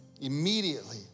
immediately